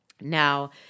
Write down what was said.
Now